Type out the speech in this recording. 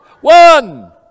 one